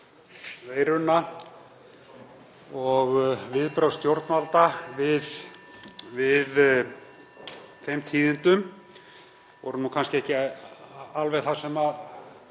veiruna og viðbrögð stjórnvalda við þeim tíðindum voru kannski ekki alveg það sem við